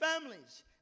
families